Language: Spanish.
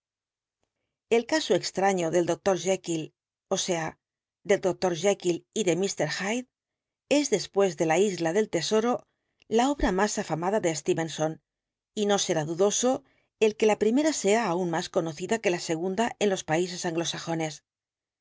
el caso extraño del dr jekyll ó sea del dr jehyll y de mister hyde es después de la isla del tesoro la obra más afamada de stevenson y no será dudoso el que la primera sea aún más conocida que la segunda en los países anglosajones